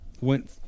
Went